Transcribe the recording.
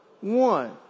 One